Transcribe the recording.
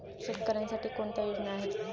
शेतकऱ्यांसाठी कोणत्या योजना आहेत?